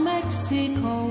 Mexico